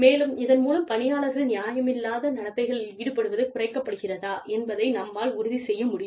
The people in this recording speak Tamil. மேலும் இதன் மூலம் பணியாளர்கள் நியாயமில்லாத நடத்தைகளில் ஈடுபடுவது குறைக்கப்படுகிறதா என்பதை நம்மால் உறுதி செய்ய முடியும்